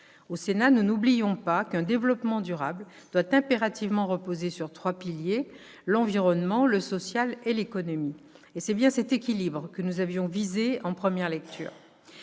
Au Sénat, nous n'oublions pas qu'un développement durable doit impérativement reposer sur trois piliers : l'environnement, le social et l'économie ; et c'est bien cet équilibre que nous avions visé en première lecture.